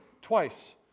twice